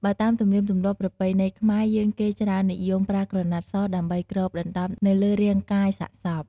បើតាមទំនៀមទម្លាប់ ប្រពៃណីខ្មែរយើងគេច្រើននិយមប្រើក្រណាត់សដើម្បីគ្របដណ្តប់នៅលើរាងកាយសាកសព។